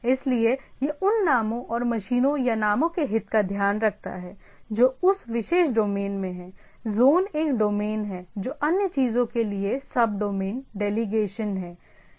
इसलिए यह उन नामों और मशीनों या नामों के हित का ध्यान रखता है जो उस विशेष डोमेन में हैं ज़ोन एक डोमेन है जो अन्य चीज़ों के लिए सब डोमेन डेलिगेशन है